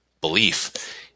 belief